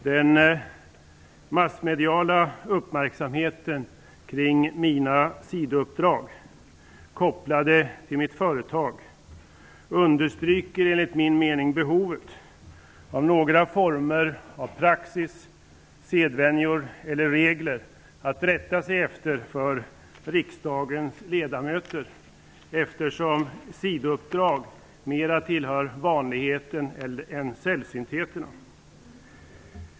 Den massmediala uppmärksamheten kring mina sidouppdrag kopplade till mitt företag understryker enligt min mening behovet av någon form av praxis, sedvänjor eller regler för riksdagens ledamöter att rätta sig efter, eftersom sidouppdrag mera tillhör vanligheten än sällsyntheterna.